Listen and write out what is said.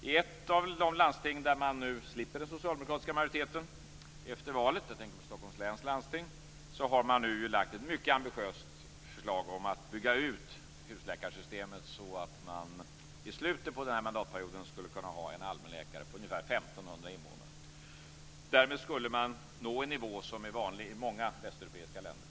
I ett av de landsting där man nu slipper den socialdemokratiska majoriteten efter valet, jag tänker på Stockholms läns landsting, har man nu lagt fram ett mycket ambitiöst förslag om att bygga ut husläkarsystemet så att man i slutet av den här mandatperioden skulle kunna ha en allmänläkare på ungefär 1 500 Därmed skulle man nå en nivå som är vanlig i många västeuropeiska länder.